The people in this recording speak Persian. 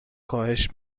کاهش